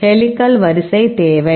helical வரிசை தேவை